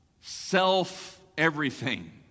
self-everything